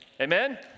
Amen